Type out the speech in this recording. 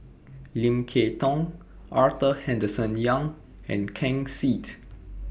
Lim Kay Tong Arthur Henderson Young and Ken Seet